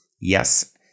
Yes